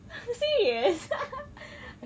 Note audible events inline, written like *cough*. serious *laughs*